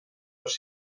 les